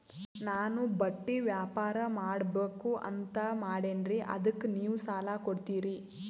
ನಾನು ಬಟ್ಟಿ ವ್ಯಾಪಾರ್ ಮಾಡಬಕು ಅಂತ ಮಾಡಿನ್ರಿ ಅದಕ್ಕ ನೀವು ಸಾಲ ಕೊಡ್ತೀರಿ?